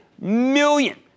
Million